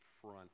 front